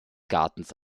gartens